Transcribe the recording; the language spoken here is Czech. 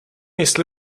jestli